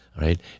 right